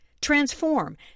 TRANSFORM